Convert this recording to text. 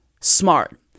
smart